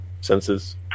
senses